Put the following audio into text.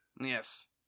Yes